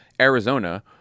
Arizona